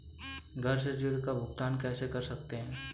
घर से ऋण का भुगतान कैसे कर सकते हैं?